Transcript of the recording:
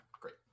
Great